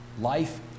life